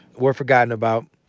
we're forgotten about.